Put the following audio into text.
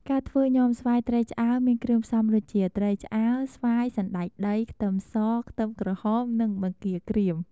ការធ្វើញាំស្វាយត្រីឆ្អើរមានគ្រឿងផ្សុំដូចជា ត្រីឆ្អើរ ស្វាយ សណ្តែកដី ខ្ទឹមស ខ្ទឹមក្រហម និងបង្គារក្រៀម។